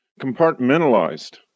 compartmentalized